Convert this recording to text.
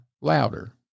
louder